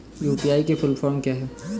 UPI की full form क्या है?